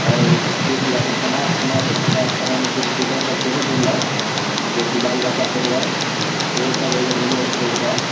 आओर किछु एखन ठण्डाके समय छै ठण्डाके समयमे किछु स्वेटर सभ सेहो बिनलक जेकि बाल बच्चा पहिरऽ सेहो सभ एगो भेलै रोजगार